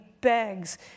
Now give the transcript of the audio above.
begs